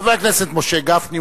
חבר הכנסת משה גפני,